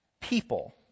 people